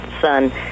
son